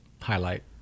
highlight